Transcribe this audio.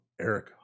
eric